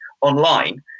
online